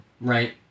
right